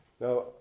Now